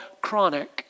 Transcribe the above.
chronic